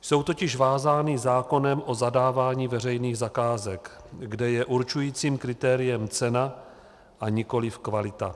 Jsou totiž vázány zákonem o zadávání veřejných zakázek, kde je určujícím kritériem cena a nikoliv kvalita.